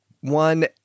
one